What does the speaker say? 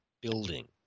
building